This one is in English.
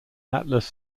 atlas